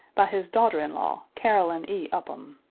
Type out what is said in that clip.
by his daughter-in-law, caroline e. upham.